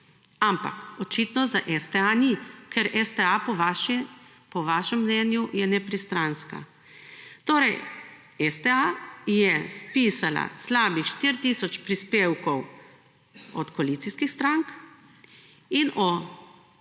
Ampak očitno za STA ni, ker STA po vašem mnenju je nepristranska. Torej, STA je spisala slabih 4 tisoč prispevkov o koalicijskih strank in o